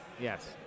Yes